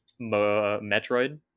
Metroid